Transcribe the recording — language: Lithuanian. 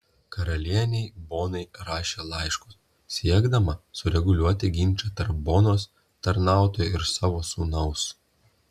karalienei bonai rašė laiškus siekdama sureguliuoti ginčą tarp bonos tarnautojo ir savo sūnaus